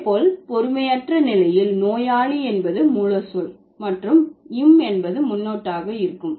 இதேபோல் பொறுமையற்ற நிலையில் நோயாளி என்பது மூல சொல் மற்றும் im என்பது முன்னொட்டாக இருக்கும்